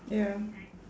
ya